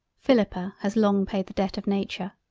philippa has long paid the debt of nature,